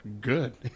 Good